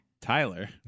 Tyler